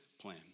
plan